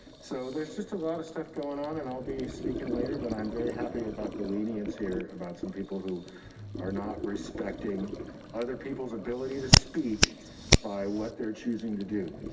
so there's just a lot of stuff going on and i'll be speaking later, but i'm very happy about the lenient here about some people who are not respecting other people's ability to speak by what they're choosing to do.